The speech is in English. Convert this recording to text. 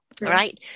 right